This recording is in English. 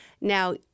Now